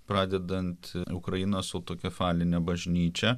pradedant ukrainos autokefaline bažnyčia